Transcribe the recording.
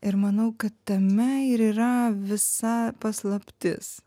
ir manau kad tame ir yra visa paslaptis